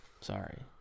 Sorry